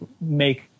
make